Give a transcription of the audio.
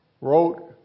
wrote